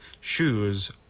shoes